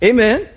Amen